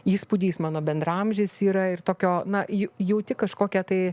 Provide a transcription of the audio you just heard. įspūdį jis mano bendraamžis yra ir tokio na ja jauti kažkokią tai